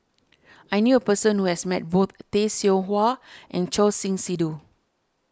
I knew a person who has met both Tay Seow Huah and Choor Singh Sidhu